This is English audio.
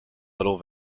little